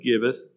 giveth